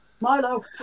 Milo